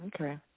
Okay